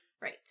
Right